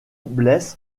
blesse